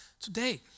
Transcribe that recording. today